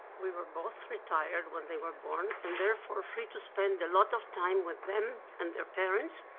we were both retired when they were born, and therefore free to spend a lot of time with them and their parents,